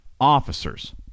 officers